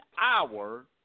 hour